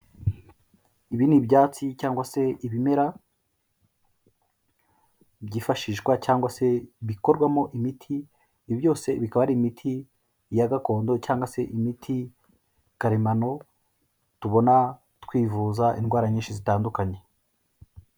Ibi ni ibyatsi, cyangwa se ibimera, byifashishwa cyangwa se bikorwamo imiti, ibi byose bikaba ari imiti ya gakondo, cyangwa se imiti karemano, tubona twivuza indwara nyinshi zitandukanye.